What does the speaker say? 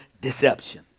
deception